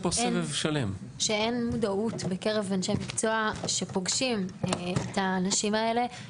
שאין מודעות בקרב אנשי מקצוע שפוגשים את הנשים האלה,